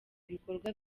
ibikorwa